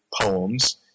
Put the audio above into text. poems